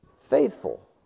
faithful